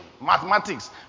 mathematics